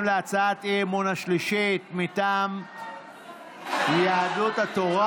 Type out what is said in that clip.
להצעת האי-אמון השלישית, מטעם יהדות התורה.